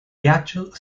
ghiaccio